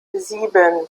sieben